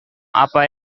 apa